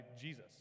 Jesus